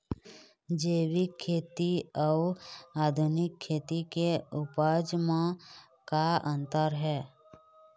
जैविक खेती अउ आधुनिक खेती के उपज म का अंतर हे?